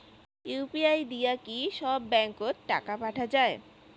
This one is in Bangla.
ইউ.পি.আই দিয়া কি সব ব্যাংক ওত টাকা পাঠা যায়?